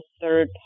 third